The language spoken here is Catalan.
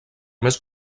més